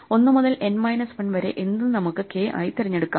1 മുതൽ n minus 1 വരെ എന്തും നമുക്ക് k ആയി തിരഞ്ഞെടുക്കാം